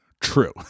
true